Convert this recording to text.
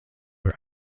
her